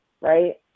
right